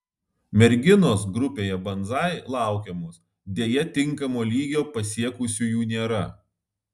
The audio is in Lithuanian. merginos grupėje banzai laukiamos deja tinkamo lygio pasiekusiųjų nėra